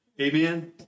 Amen